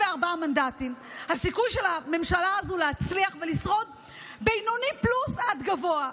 מנדטים להצליח ולשרוד הוא בינוני פלוס עד גבוה,